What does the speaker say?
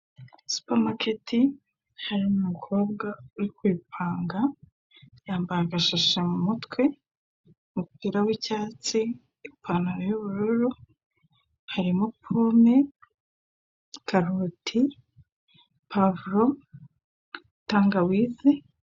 Supermarketi harimo umukobwa uri kuyipanga, yambaye agashashi mu mutwe, umupira w'icyatsi, ipantaro y'ubururu, harimo pome, karoti, pavuro, tangawizi